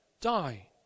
die